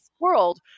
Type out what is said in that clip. world